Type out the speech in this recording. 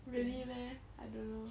really meh I don't know